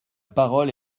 parole